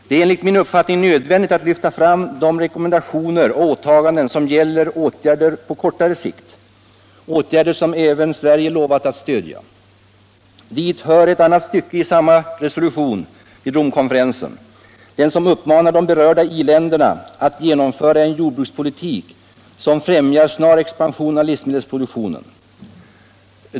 Det är enligt min uppfattning nödvändigt att lyfta fram de rekommendationer och åtaganden som gäller åtgärder på kortare sikt, åtgärder som även Sverige lovat att stödja. Dit hör ett annat stycke i samma resolution som uppmanar de berörda i-länderna att genomföra en jordbrukspolitik som främjar en snar expansion av livsmedelsproduktionen.